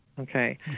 Okay